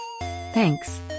Thanks